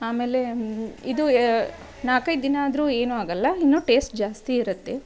ಆಮೇಲೇ ಇದು ಯಾ ನಾಲಕೈದು ದಿನ ಆದರೂ ಏನು ಆಗೋಲ್ಲ ಇನ್ನೂ ಟೇಸ್ಟ್ ಜಾಸ್ತಿ ಇರುತ್ತೆ